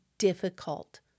Difficult